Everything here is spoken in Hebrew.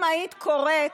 אם היית קוראת,